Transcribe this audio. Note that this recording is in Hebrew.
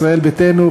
ישראל ביתנו,